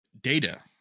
Data